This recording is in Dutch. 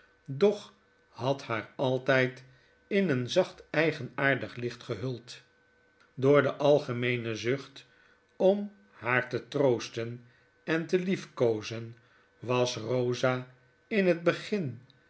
doch had haar altyd in een zacht eigenaardig licht gehuld door de algemeene zucht om haar te troosten en te liefkoozen was eosa in het begin